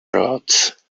rhoads